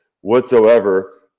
whatsoever